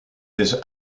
his